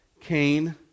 Cain